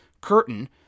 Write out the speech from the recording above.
curtain